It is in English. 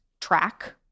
track